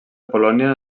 polònia